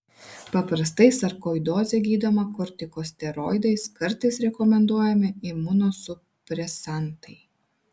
paprastai sarkoidozė gydoma kortikosteroidais kartais rekomenduojami imunosupresantai